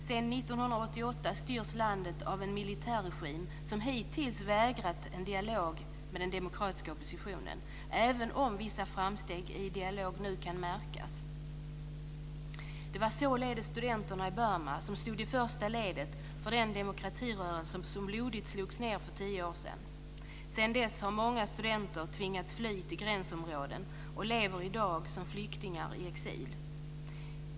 Sedan 1988 styrs landet av en militärregim som hittills vägrat att föra en dialog med den demokratiska oppositionen, även om vissa framsteg nu kan märkas. Det var således studenterna i Burma som stod i första ledet för den demokratirörelse som så blodigt slogs ned för tio år sedan. Sedan dess har många studenter tvingats fly till gränsområden och lever i dag som flyktingar i exil.